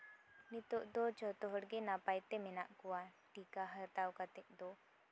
ᱱᱤᱛᱚᱜ ᱫᱚ ᱡᱚᱛᱚ ᱦᱚᱲᱜᱮ ᱱᱟᱯᱟᱭᱛᱮ ᱢᱮᱱᱟᱜ ᱠᱚᱣᱟ ᱴᱤᱠᱟ ᱦᱟᱛᱟᱣ ᱠᱟᱛᱮᱜ ᱫᱚ